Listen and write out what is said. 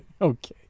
Okay